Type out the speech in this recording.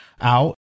out